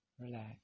Relax